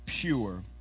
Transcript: pure